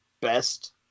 best